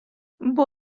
بدو